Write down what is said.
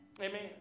Amen